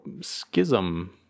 Schism